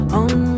on